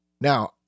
Now